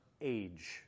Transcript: age